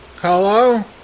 Hello